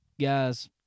guys